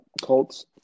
Colts